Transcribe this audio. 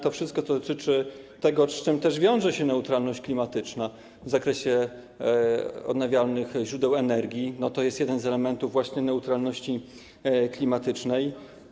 To wszystko, co dotyczy tego, z czym też wiąże się neutralność klimatyczna, w zakresie odnawialnych źródeł energii, to jest jeden z elementów właśnie neutralności klimatycznej.